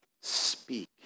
Speak